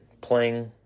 playing